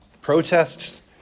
protests